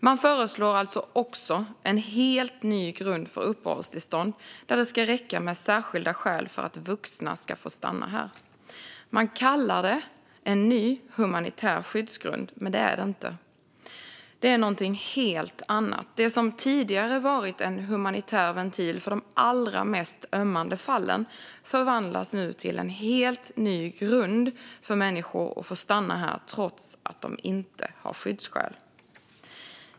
Man föreslår också en helt ny grund för uppehållstillstånd, där det ska räcka med särskilda skäl för att vuxna ska få stanna här. Man kallar det en ny humanitär skyddsgrund, men det är det inte. Det är någonting helt annat. Det som tidigare varit en humanitär ventil för de allra mest ömmande fallen förvandlas nu till en helt ny grund för människor att få stanna här trots att de inte har skyddsskäl.